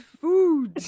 food